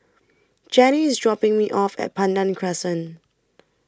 Jenny IS dropping Me off At Pandan Crescent